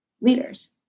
leaders